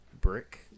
Brick